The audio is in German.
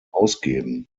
ausgeben